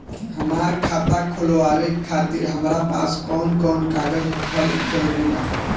हमार खाता खोलवावे खातिर हमरा पास कऊन कऊन कागज होखल जरूरी बा?